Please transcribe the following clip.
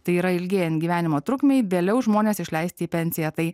tai yra ilgėjant gyvenimo trukmei vėliau žmones išleisti į pensiją tai